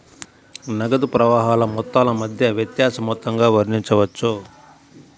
నగదు ప్రవాహాల మొత్తాల మధ్య వ్యత్యాస మొత్తంగా వర్ణించవచ్చు